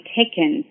taken